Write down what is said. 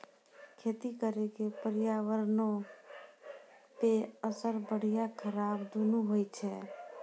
खेती करे के पर्यावरणो पे असर बढ़िया खराब दुनू होय छै